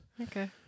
Okay